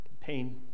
pain